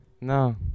No